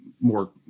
more